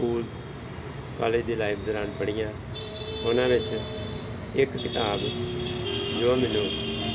school college ਦੀ life ਦੌਰਾਨ ਪੜ੍ਹੀਆਂ ਉਹਨਾਂ ਵਿੱਚ ਇੱਕ ਕਿਤਾਬ ਜੋ ਮੈਨੂੰ